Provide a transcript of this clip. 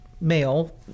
male